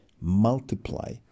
multiply